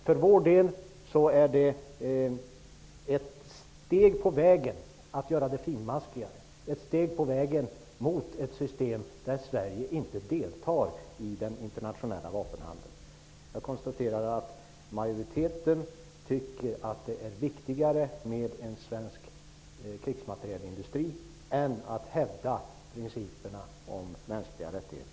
För vår del är det ett steg på vägen att göra det finmaskigare, ett steg på vägen mot ett system där Sverige inte deltar i den internationella vapenhandeln. Jag konstaterar att majoriteten tycker att det är viktigare med en svensk krigsmaterielindustri än att hävda principerna om mänskliga rättigheter.